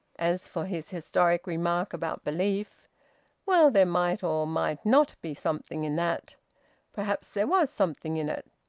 as for his historic remark about belief well, there might or might not be something in that perhaps there was something in it.